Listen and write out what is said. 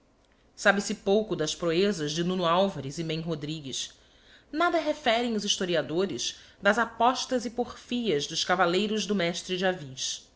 e á pá sabe-se pouco das proezas de nuno alvares e mem rodrigues nada referem os historiadores das apostas e porfias dos cavalleiros do mestre